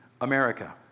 America